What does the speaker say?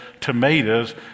tomatoes